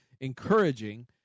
encouraging